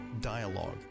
dialogue